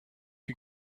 you